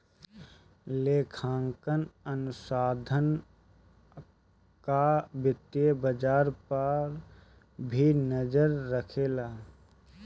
लेखांकन अनुसंधान कअ वित्तीय बाजार पअ भी नजर रहेला